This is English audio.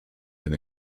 and